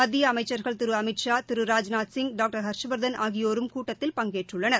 மத்தியஅமைச்சர்கள் Thiru Amit Shah Thiru Rajnath Singh doctor Harsh Vardhan ஆகியோரும் கூட்டத்தில் பங்கேற்றுள்ளனர்